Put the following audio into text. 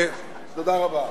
תודה רבה.